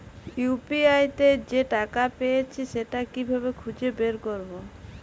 UPI তে যে টাকা পেয়েছি সেটা কিভাবে খুঁজে বের করবো?